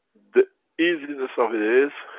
the easiness of it is,